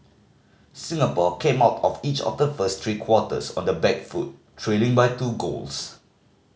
Singapore came out of each of the first three quarters on the back foot trailing by two goals